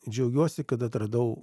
džiaugiuosi kad atradau